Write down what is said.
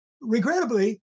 regrettably